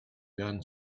done